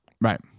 Right